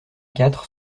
quatre